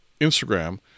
Instagram